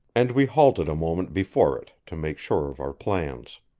and we halted a moment before it to make sure of our plans.